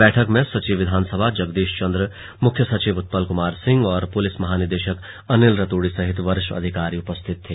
बैठक में सचिव विधानसभा जगदीश चंद्र मुख्य सचिव उत्पल कुमार सिंह और पुलिस महानिदेशक अनिल रतूड़ी सहित वरिष्ठ अधिकारी उपस्थित थे